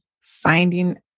finding